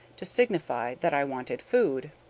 to signify that i wanted food.